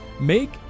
make